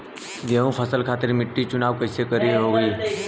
गेंहू फसल खातिर मिट्टी चुनाव कईसे होखे?